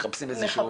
מחפשים איזשהו